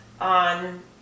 on